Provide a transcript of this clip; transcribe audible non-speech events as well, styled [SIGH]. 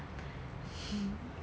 [LAUGHS]